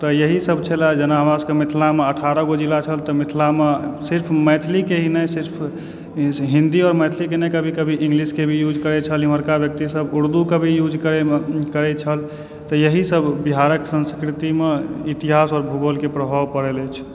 तऽ इएह सब छलऽ जेना हमरा सबके मिथिलामे अठारह गो जिला छै तऽ मिथिलामे सिर्फ मैथिलीके ही नहि सिर्फ हिंदी आओर मैथिलीके नहि कभी कभी इंग्लिशके भी यूज करए छल इमहरका व्यक्ति सब उर्दूके भी यूज करए छल इएह सब बिहारके संस्कृतिमे इतिहास आओर भूगोलके प्रभाव पड़ल अछि